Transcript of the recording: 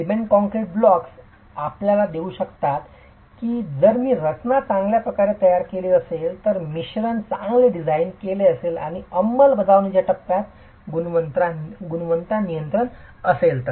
cement concrete blocks आपल्याला देऊ शकतात की जर मी रचना चांगल्या प्रकारे तयार केली असेल तर जर मिश्रण चांगले डिझाइन केले असेल आणि अंमलबजावणीच्या टप्प्यात गुणवत्ता नियंत्रण असेल तर